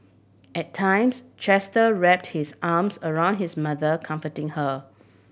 at times Chester wrapped his arms around his mother comforting her